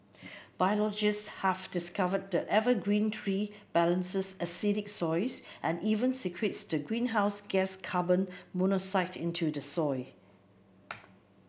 biologists have discovered the evergreen tree balances acidic soils and even secretes the greenhouse gas carbon monoxide into the soil